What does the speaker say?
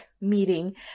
meeting